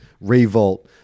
Revolt